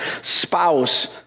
spouse